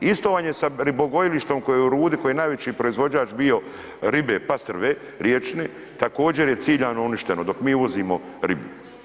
Isto vam je sa ribogojilištem koji je u Rudi koji je najveći proizvođač bio ribe pastrve riječne, također je ciljano uništeno dok mi uvozimo ribu.